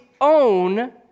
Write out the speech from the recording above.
own